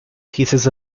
pieces